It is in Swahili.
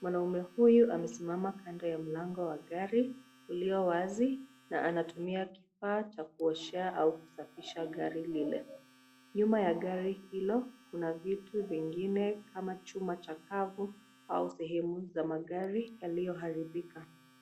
Mwanaume huyu amesimama kando ya mlango wa gari uliowazi, na anatumia kifaa cha kuoshea au kusafisha gari lile. Nyuma ya gari hilo kuna vitu vingine kama chuma chakavu au sehemu za magari yaliyoharibika.